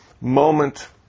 moment